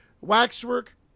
Waxwork